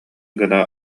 гына